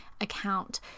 account